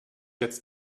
jetzt